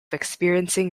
experiencing